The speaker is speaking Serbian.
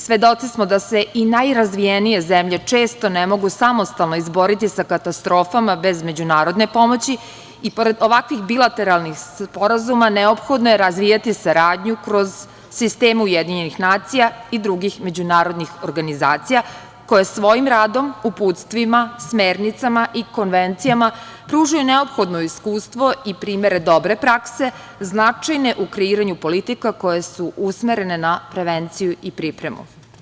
Svedoci smo da se i najrazvijenije zemlje često ne mogu samostalno izboriti sa katastrofama bez međunarodne pomoći i pored ovakvih bilateralnih sporazuma, neophodno je razvijati saradnju kroz sisteme UN i drugih međunarodnih organizacija, koje svojim radom, uputstvima, smernicama i konvencijama pružaju neophodno iskustvo i primere dobre prakse, značajne u kreiranju politika koje su usmerene na prevenciju i pripremu.